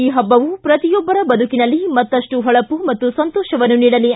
ಈ ಹಬ್ಬವು ಪ್ರತಿಯೊಬ್ಬರ ಬದುಕಿನಲ್ಲಿ ಮತ್ತಷ್ಟು ಹೊಳಪು ಮತ್ತು ಸಂತೋಷವನ್ನು ನೀಡಲಿ